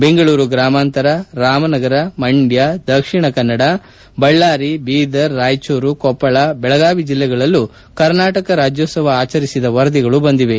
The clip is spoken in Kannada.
ಬೆಂಗಳೂರು ಗ್ರಾಮಾಂತರ ರಾಮನಗರ ಮಂಡ್ಕ ದಕ್ಷಿಣ ಕನ್ನಡ ಬಳ್ಳಾರಿ ಬೀದರ್ ರಾಯಚೂರು ಕೊಪ್ಪಳ ಬೆಳಗಾವಿ ಜಿಲ್ಲೆಗಳಲ್ಲೂ ಕರ್ನಾಟಕ ರಾಜೋತ್ಸವ ಆಚರಿಸಿದ ವರದಿಗಳು ಬಂದಿವೆ